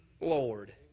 Lord